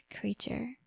creature